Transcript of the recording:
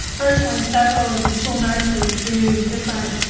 personally, several of the school nurses through different